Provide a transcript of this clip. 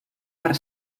per